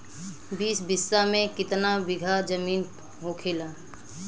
बीस बिस्सा में कितना बिघा जमीन होखेला?